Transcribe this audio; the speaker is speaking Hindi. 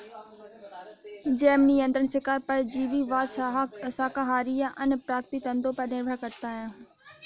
जैव नियंत्रण शिकार परजीवीवाद शाकाहारी या अन्य प्राकृतिक तंत्रों पर निर्भर करता है